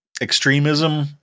extremism